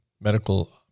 medical